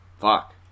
Fuck